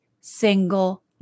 single